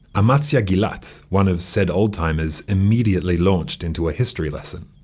amatzia gilat, one of said oldtimers, immediately launched into a history lesson.